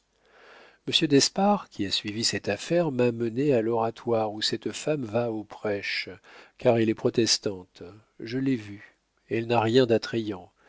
d'espard qui a suivi cette affaire m'a menée à l'oratoire où cette femme va au prêche car elle est protestante je l'ai vue elle n'a rien d'attrayant